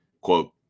Quote